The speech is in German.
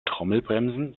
trommelbremsen